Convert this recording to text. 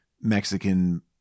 Mexican